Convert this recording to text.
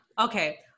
Okay